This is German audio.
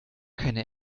keine